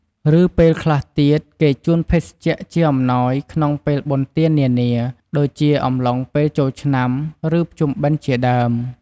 ឬពេលខ្លះទៀត គេជូនភេសជ្ជៈជាអំណោយក្នុងពេលបុណ្យទាននានា ដូចជាអំឡុងពេលចូលឆ្នាំ ឬ ភ្ជុំបិណ្ឌជាដើម។